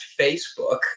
Facebook